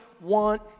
want